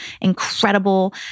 incredible